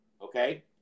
okay